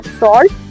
salt